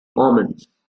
omens